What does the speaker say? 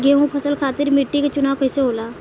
गेंहू फसल खातिर मिट्टी के चुनाव कईसे होला?